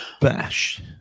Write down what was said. Bash